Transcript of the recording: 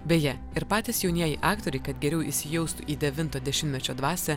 beje ir patys jaunieji aktoriai kad geriau įsijaustų į devinto dešimtmečio dvasią